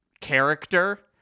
character